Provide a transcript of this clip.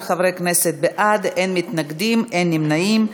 14 חברי כנסת בעד, אין מתנגדים, אין נמנעים.